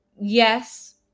yes